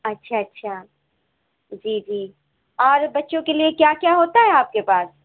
اچھا اچھا جی جی اور بچوں کے لیے کیا کیا ہوتا ہے آپ کے پاس